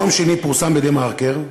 ביום שני פורסם ב"דה-מרקר",